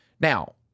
Now